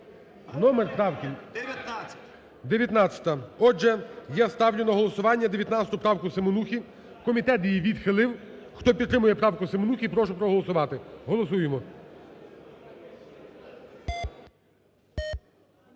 ГОЛОВУЮЧИЙ. 19-а. Отже, я ставлю на голосування 19 правку Семенухи, комітет її відхилив. Хто підтримує правку Семенухи, прошу проголосувати. Голосуємо.